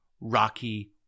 Rocky